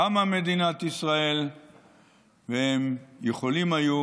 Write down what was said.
קמה מדינת ישראל והם יכולים היו